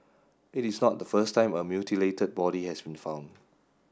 it is not the first time a mutilated body has been found